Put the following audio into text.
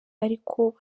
ariko